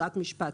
ברירת משפט.